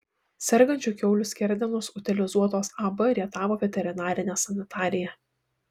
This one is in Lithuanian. sergančių kiaulių skerdenos utilizuotos ab rietavo veterinarinė sanitarija